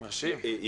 מרשים.